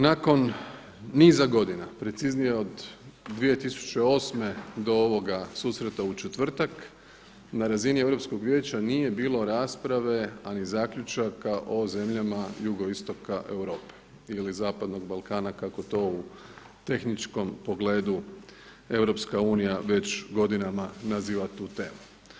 Nakon niza godina preciznije od 2008. do ovoga susreta u četvrtak na razini Europskog vijeća nije bilo rasprave, a ni zaključaka o zemljama jugoistoka Europe ili zapadnog Balkana kako to u tehničkom pogledu EU već godinama naziva tu temu.